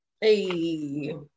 Hey